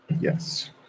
Yes